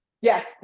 yes